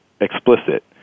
explicit